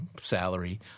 salary